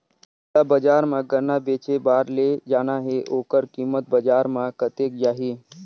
मोला बजार मां गन्ना बेचे बार ले जाना हे ओकर कीमत बजार मां कतेक जाही?